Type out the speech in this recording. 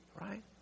Right